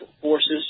forces